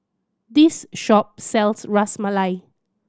this shop sells Ras Malai